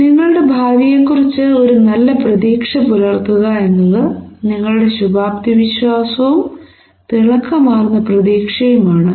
നിങ്ങളുടെ ഭാവിയെക്കുറിച്ച് ഒരു നല്ല പ്രതീക്ഷ പുലർത്തുക എന്നത് നിങ്ങളുടെ ശുഭാപ്തിവിശ്വാസവും തിളക്കമാർന്ന പ്രതീക്ഷയുമാണ്